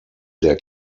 der